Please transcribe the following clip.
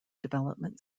development